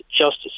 justice